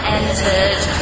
entered